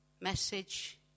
Message